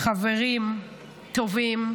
חברים טובים,